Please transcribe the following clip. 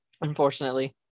Unfortunately